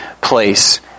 place